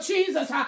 Jesus